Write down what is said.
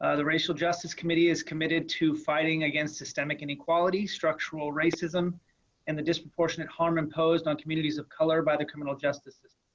ah the racial justice committee is committed to fighting against systemic inequality structural racism and the disproportionate harm imposed on communities of color by the criminal justice. daniel